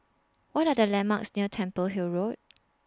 What Are The landmarks near Temple Hill Road